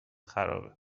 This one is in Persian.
خرابه